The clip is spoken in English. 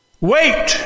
Wait